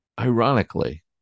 ironically